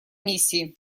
миссии